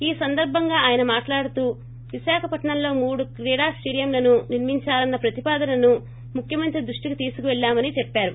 ఈ సందర్భంగా ఆయన మాట్లాడుతూ విశాఖపట్నంలో మూడు క్రీడా స్లేడియంలను నిర్మిందాలన్న ప్రతిపాదానను ముఖ్యమంత్రి దృష్లికి తీసుకుపెల్లామని చెప్పారు